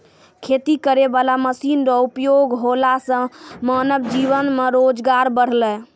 खेती करै वाला मशीन रो उपयोग होला से मानब जीवन मे रोजगार बड़लै